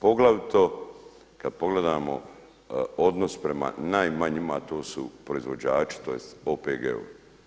Poglavito kada pogledamo odnos prema najmanjima a to su proizvođači, tj. OPG-ovi.